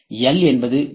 L என்பது மி